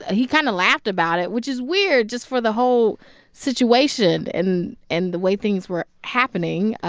ah he kind of laughed about it, which is weird just for the whole situation and and the way things were happening,